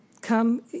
come